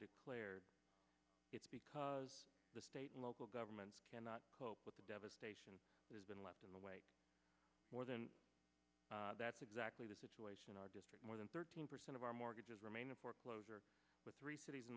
declared it's because the state and local governments cannot cope with the devastation has been left in the way more than that's exactly the situation in our district more than thirteen percent of our mortgages remain in foreclosure with three cities in